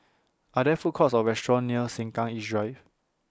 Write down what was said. Are There Food Courts Or restaurants near Sengkang East Drive